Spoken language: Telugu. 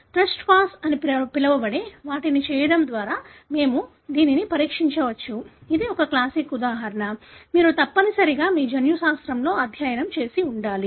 టెస్ట్ క్రాస్ అని పిలవబడే వాటిని చేయడం ద్వారా మేము దీనిని పరీక్షించవచ్చు ఇది ఒక క్లాసిక్ ఉదాహరణ మీరు తప్పనిసరిగా మీ జన్యుశాస్త్రంలో అధ్యయనం చేసి ఉండాలి